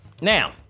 now